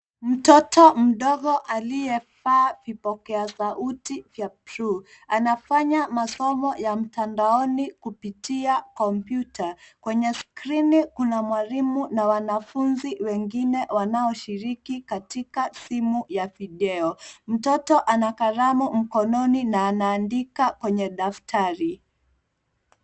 Mtoto mdogo aliyevaa vipokeasauti vya buluu anafanya masomo ya mtandaoni kupitia kompyuta. Kwenye skrini kuna mwalimu na wanafunzi wengine wanaoshiriki katika simu ya video. Mtoto ana kalamu mkononi na anaandika kwenye daftari.